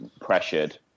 pressured